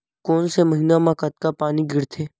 कोन से महीना म कतका पानी गिरथे?